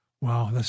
Wow